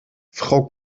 frau